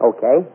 Okay